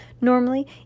Normally